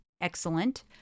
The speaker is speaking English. excellent